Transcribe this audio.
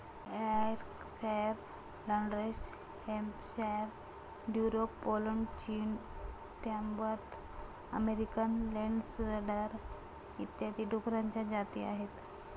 Yorkshire, Landrace Hampshire, Duroc Poland, चीन, Tamworth American लेन्सडर इत्यादी डुकरांच्या जाती आहेत